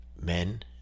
men